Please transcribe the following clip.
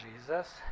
Jesus